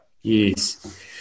yes